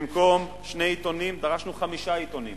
במקום שני עיתונים דרשנו חמישה עיתונים,